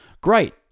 Great